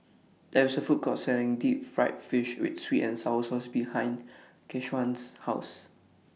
There IS A Food Court Selling Deep Fried Fish with Sweet and Sour Sauce behind Keshawn's House